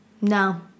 No